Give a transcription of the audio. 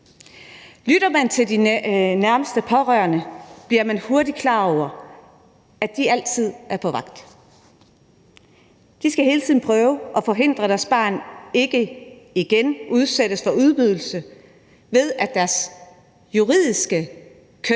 Lytter man til de nærmeste pårørende, bliver man hurtigt klar over, at de altid er på vagt, for de skal hele tiden prøve at forhindre, at deres barn igen udsættes for ydmygelser, der har baggrund i, at deres juridiske køn